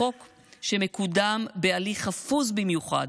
חוק שמקודם בהליך חפוז במיוחד,